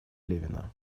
левина